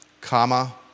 comma